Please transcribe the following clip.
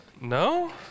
No